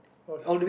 okay